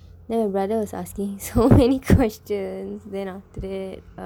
then my brother was asking him so many questions then after that